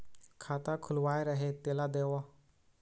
खाता खुलवाय रहे तेला देव?